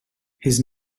his